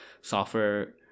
software